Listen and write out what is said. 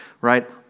right